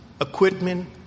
equipment